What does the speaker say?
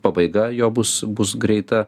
pabaiga jo bus bus greita